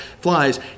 flies